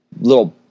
little